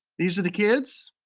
these are the kids.